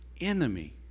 enemy